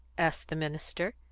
asked the minister.